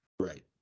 right